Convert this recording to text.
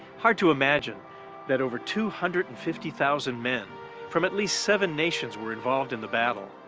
hard to imagine that over two hundred and fifty thousand men from at least seven nations were involved in the battle.